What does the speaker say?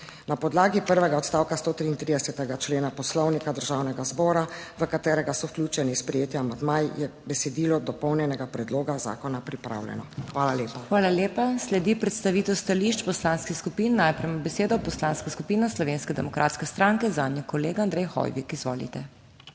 Na podlagi prvega odstavka 133. člena Poslovnika Državnega zbora v katerega so vključeni sprejeti amandmaji, je besedilo dopolnjenega predloga zakona pripravljeno. Hvala lepa. **PODPREDSEDNIK MAG. MEIRA HOT:** Hvala lepa. Sledi predstavitev stališč poslanskih skupin. Najprej ima besedo Poslanska skupina Slovenske demokratske stranke, zanjo kolega Andrej Hoivik. Izvolite.